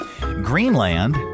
Greenland